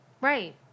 Right